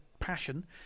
Passion